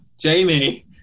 Jamie